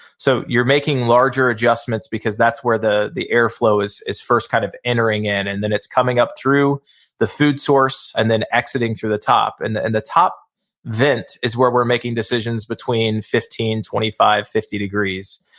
so you're making larger adjustments because that's where the the airflow is is first kind of entering in, in, and then it's coming up through the food source and then exiting through the top and the and the top vent is where we're making decisions between fifteen, twenty five, fifty degrees.